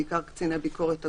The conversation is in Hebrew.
בעיקר קציני ביקורת הגבולות.